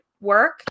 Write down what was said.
work